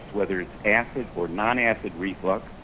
whether it's acid or non-acid reflux,